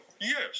yes